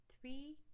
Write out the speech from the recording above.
three